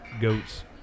goats